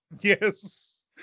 Yes